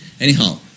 Anyhow